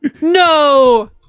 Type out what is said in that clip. No